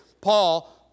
Paul